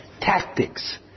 tactics